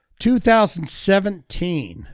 2017